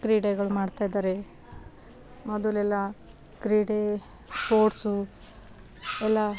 ಕ್ರೀಡೆಗಳು ಮಾಡ್ತಾಯಿದ್ದಾರೆ ಮೊದಲೆಲ್ಲ ಕ್ರೀಡೆ ಸ್ಪೋರ್ಟ್ಸು